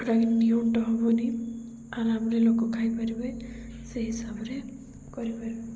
ଯେଉଁଟାକି ନିଅଣ୍ଟ ହବନି ଆରାମରେ ଲୋକ ଖାଇପାରିବେ ସେଇ ହିସାବରେ କରିପାରିବେ